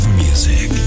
music